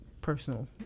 personal